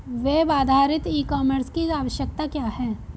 Web आधारित e commerce की आवश्यकता क्या है?